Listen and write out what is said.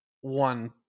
one